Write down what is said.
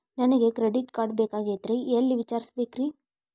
ನನಗೆ credit card ಬೇಕಾಗಿತ್ರಿ ಎಲ್ಲಿ ವಿಚಾರಿಸಬೇಕ್ರಿ?